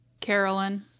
Carolyn